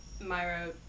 Myra